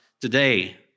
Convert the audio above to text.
today